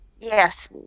Yes